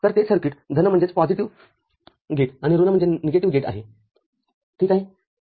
तरतेच circuit धन OR gate आणि ऋण गेट आहे ठीक आहे